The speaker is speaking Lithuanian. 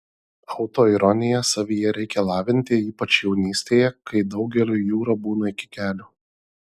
autoironiją savyje reikia lavinti ypač jaunystėje kai daugeliui jūra būna iki kelių